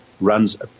runs